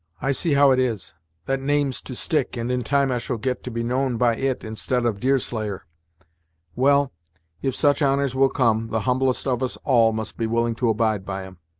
i see how it is that name's to stick, and in time i shall get to be known by it instead of deerslayer well if such honours will come, the humblest of us all must be willing to abide by em.